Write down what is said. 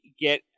get